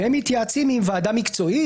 והם מתייעצים עם ועדה מקצועית,